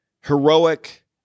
heroic